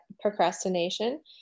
procrastination